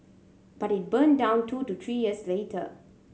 but it burned down two to three years later